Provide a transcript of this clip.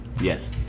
Yes